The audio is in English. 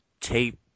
tape